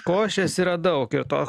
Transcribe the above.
košės yra daug ir to